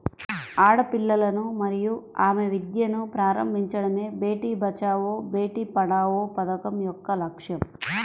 ఆడపిల్లలను మరియు ఆమె విద్యను ప్రారంభించడమే బేటీ బచావో బేటి పడావో పథకం యొక్క లక్ష్యం